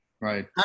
Right